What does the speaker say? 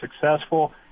successful